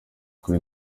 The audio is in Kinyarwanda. kuri